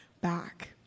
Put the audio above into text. back